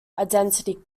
identity